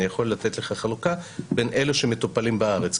אני יכול לתת לך חלוקה בין אלה שמטופלים בארץ,